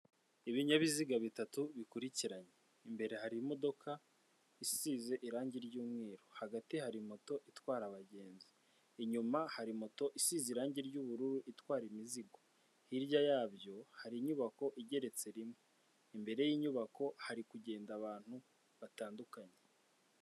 Ibinyabiziga bitatu bikurikiranye imbere hari imodoka isize irangi ry'mweru, hagati hari moto itwara abagenzi, inyuma hari moto isize irangi ry'ubururu itwara imizigo, hirya yabyo hari inyubako igeretse rimwe, imbere y'inyubako hari kugenda abantu batandukanye.